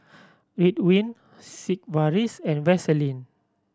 Ridwind Sigvaris and Vaselin